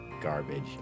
garbage